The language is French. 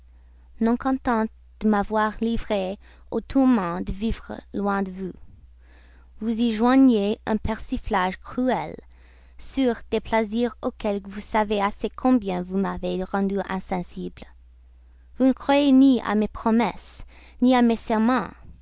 non contente de m'avoir livré au tourment de vivre loin de vous vous y joignez un persiflage cruel sur des plaisirs auxquels vous savez assez combien vous m'avez rendu insensible vous ne croyez ni à mes promesses ni à mes